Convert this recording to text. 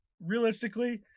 realistically